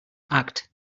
act